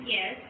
Yes